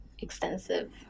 extensive